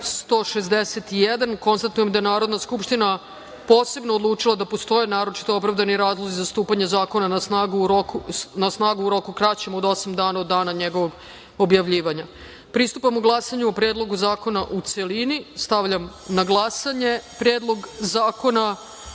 poslanika. Konstatujem da je Narodna skupština posebno odlučila da postoje naročito opravdani razlozi za stupanje zakona na snagu u roku kraćem od osam dana od dana njegovog objavljivanja. Pristupamo glasanju o Predlogu zakona u celini. Stavljam na glasanje Predlog zakona